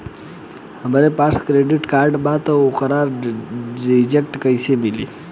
हमरा पास credit card बा त ओकर डिटेल्स कइसे मिली?